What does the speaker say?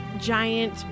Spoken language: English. giant